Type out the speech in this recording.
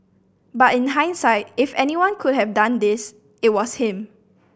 but in hindsight if anyone could have done this it was him